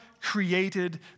created